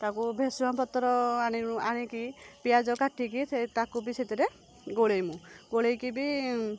ତାକୁ ଭେସୁଙ୍ଗା ପତ୍ର ଆଣିକି ପିଆଜ କାଟିକି ସେ ତାକୁ ବି ସେଥିରେ ଗୋଳାଇବୁ ଗୋଳାଇକି ବି